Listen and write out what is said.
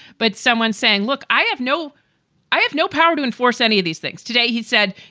but someone saying, look, i have no i have no power to enforce any of these things today. he said,